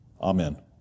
Amen